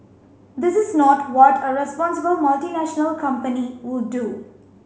this is not what a responsible multinational company would do